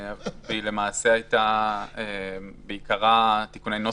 והיא למעשה הייתה בעיקרה תיקוני נוסח.